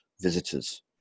visitors